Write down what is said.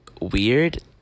weird